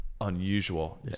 unusual